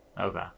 Okay